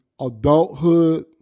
adulthood